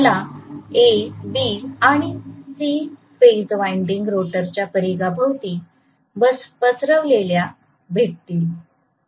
मला A B आणि C phase winding रोटरच्या परिघा भोवती पसरविलेल्या भेटतील